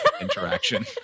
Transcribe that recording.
interaction